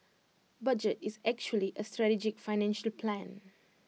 budget is actually A strategic financial plan